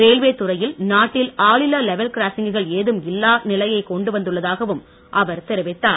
railway துறையில் நாட்டில் ஆளில்லா லெவல் கிராசிங்குகள் ஏதும் இல்லா நிலையை கொண்டு வந்துள்ளதாகவும் அவர் தெரிவித்தார்